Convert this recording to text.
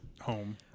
home